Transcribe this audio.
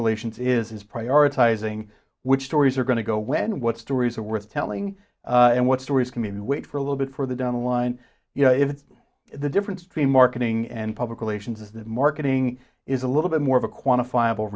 relations is prioritizing which stories are going to go when what stories are worth telling and what stories can be wait for a little bit further down the line you know if the different stream marketing and public relations is that marketing is a little bit more of a quantifiable